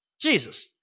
Jesus